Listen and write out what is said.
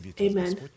Amen